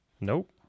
Nope